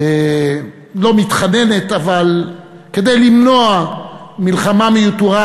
לא מתחננת אבל כדי למנוע מלחמה מיותרת,